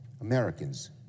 Americans